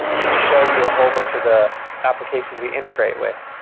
and we show you a whole bunch of the applications we integrate with.